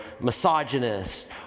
misogynist